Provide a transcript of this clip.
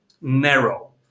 narrow